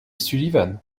sullivan